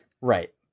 Right